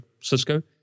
Cisco